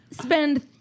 Spend